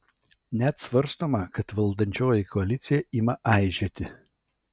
net svarstoma kad valdančioji koalicija ima aižėti